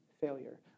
failure